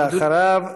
ואחריו,